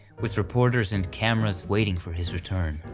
with reporters and cameras waiting for his return.